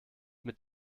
mit